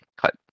cut